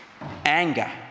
anger